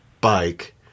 bike